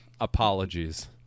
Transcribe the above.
apologies